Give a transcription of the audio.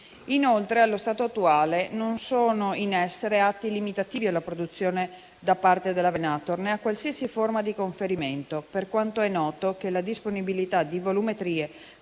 Inoltre, allo stato attuale non sono in essere atti limitativi alla produzione da parte della Venator né a qualsiasi forma di conferimento, per quanto è noto che la disponibilità di volumetrie